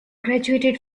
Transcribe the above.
graduated